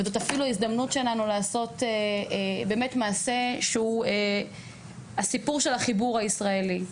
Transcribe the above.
זו אפילו ההזדמנות שלנו לעשות מעשה שהוא הסיפור של החיבור הישראלי.